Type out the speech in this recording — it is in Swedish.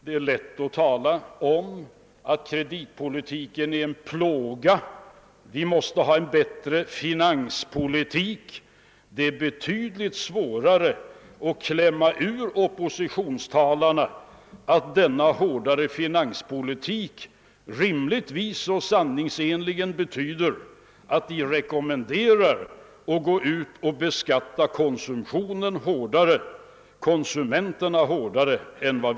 Det är lätt att säga att kreditpolitiken är en plåga och att vi måste ha en bättre finanspolitik, men det är betydligt svårare att klämma ur oppositionstalarna att den na hårdare finanspolitik rimligtvis och sanningsenligt betyder en rekommendation av att gå ut och beskatta konsumenterna hårdare än vi gör i dag.